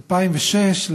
2006,